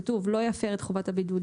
כתוב "לא יפר את חובת הבידוד,